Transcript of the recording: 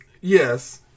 yes